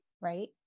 right